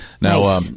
Now